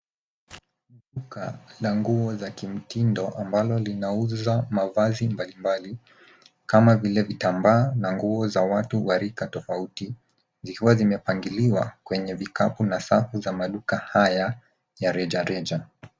Duka la nguo za kimtindo ambalo linauza mavazi mbalimbali kama vile vitambaa na nguo za watu wa rika tofauti zikiwa zimepangiliwa kwenye vikapu na safu za maduka haya ya rejareja.